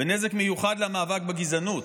ונזק מיוחד למאבק בגזענות,